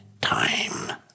time